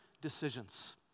decisions